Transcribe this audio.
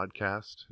podcast